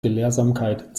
gelehrsamkeit